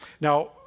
Now